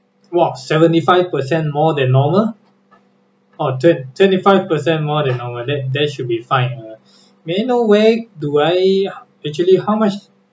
!wah! seventy five percent more than normal oh twen~ twenty five percent more than normal that that should be fine uh may I know where do I actually how much